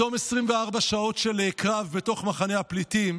בתום 24 שעות של קרב בתוך מחנה הפליטים